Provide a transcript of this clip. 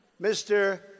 Mr